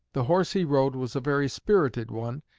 the horse he rode was a very spirited one,